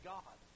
God